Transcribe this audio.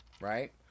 Right